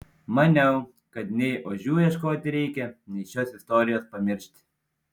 manau kad nei ožių ieškoti reikia nei šios istorijos pamiršti